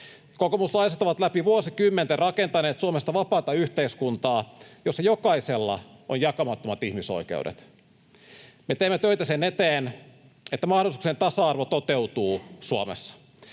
Kokoomuslaiset ovat läpi vuosikymmenten rakentaneet Suomesta vapaata yhteiskuntaa, jossa jokaisella on jakamattomat ihmisoikeudet. Me teemme töitä sen eteen, että mahdollisuuksien tasa-arvo toteutuu Suomessa.